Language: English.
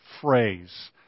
phrase